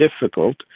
difficult